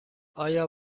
آیا